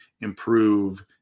improve